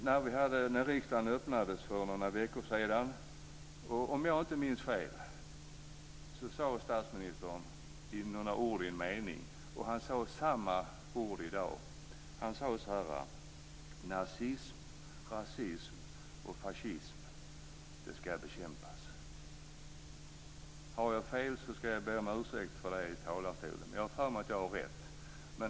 När riksdagen öppnades för några veckor sedan sade statsministern, om jag inte minns fel, några ord i en mening, och han sade samma ord i dag: Nazism, rasism och fascism ska bekämpas. Om jag har fel ska jag be om ursäkt för det i talarstolen, men jag tror att jag har rätt.